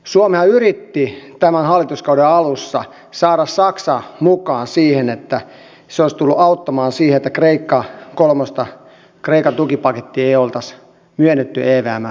suomihan yritti tämän hallituskauden alussa saada saksan mukaan niin että se olisi tullut auttamaan siihen että kreikka kolmosta kreikan tukipakettia ei oltaisi myönnetty evmn rahastosta